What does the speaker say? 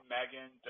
Megan